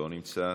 לא נמצא.